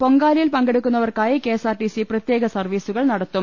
പൊങ്കാല യിൽ പ്ങ്കെ ടു ക്കു ന്ന വർക്കാ യി കെഎസ്ആർടിസി പ്രത്യേക സർവീസുകൾ നടത്തും